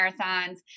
marathons